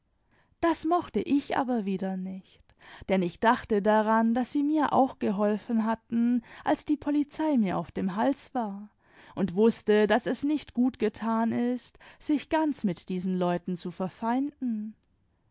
das mochte ich aber wieder nicht denn ich dachte daran daß sie mir auch geholfen hatten als die polizei mir auf dem hals war und wußte daß es nicht gut getan ist sich ganz mit diesen leuten zu verfeinden